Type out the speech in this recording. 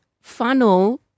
funnel